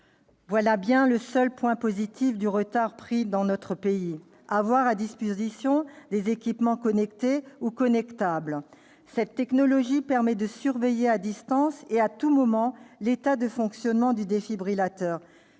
Voilà bien le seul point positif du retard pris dans notre pays : avoir à disposition des équipements connectés ou connectables. Cette technologie permet de surveiller à distance et à tout moment l'état de fonctionnement du défibrillateur,